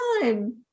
time